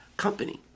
company